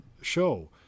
show